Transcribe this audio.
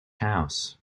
house